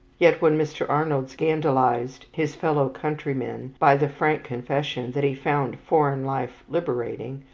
yet when mr. arnold scandalized his fellow countrymen by the frank confession that he found foreign life liberating,